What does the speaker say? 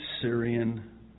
syrian